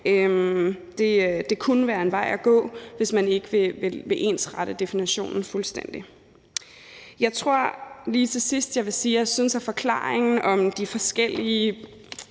det kunne være en vej at gå, hvis man ikke vil ensrette definitionen fuldstændigt. Jeg tror, at jeg lige til sidst vil sige, at jeg synes, at forklaringen om de forskellige